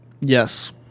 Yes